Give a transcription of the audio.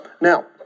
Now